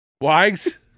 Wags